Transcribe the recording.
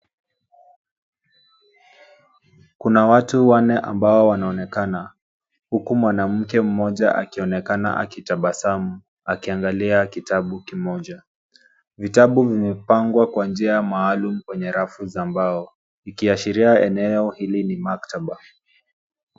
Kuna watu wanne ambao wanaonekana huku mwanamke mmoja akionekana akitabasamu akiangalia kitabu kimoja. Vitabu vimepangwa kwa njia maalum kwenye rafu za mbao ikiashiria eneo hili ni maktaba.